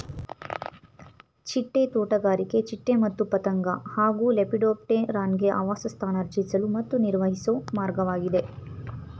ಚಿಟ್ಟೆ ತೋಟಗಾರಿಕೆ ಚಿಟ್ಟೆ ಮತ್ತು ಪತಂಗ ಹಾಗೂ ಲೆಪಿಡೋಪ್ಟೆರಾನ್ಗೆ ಆವಾಸಸ್ಥಾನ ರಚಿಸಲು ಮತ್ತು ನಿರ್ವಹಿಸೊ ಮಾರ್ಗವಾಗಿದೆ